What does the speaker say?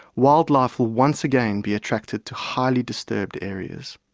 wildlife will once again be attracted to highly disturbed areas.